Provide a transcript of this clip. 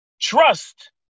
Trust